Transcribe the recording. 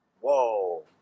whoa